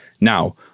Now